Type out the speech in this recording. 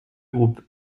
groupe